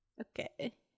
Okay